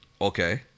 Okay